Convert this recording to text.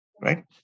Right